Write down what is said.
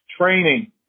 training